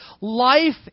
life